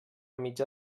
mitjà